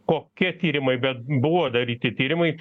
kokie tyrimai bet buvo daryti tyrimai